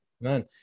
man